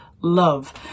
love